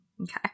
Okay